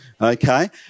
Okay